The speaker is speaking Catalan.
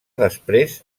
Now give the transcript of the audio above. després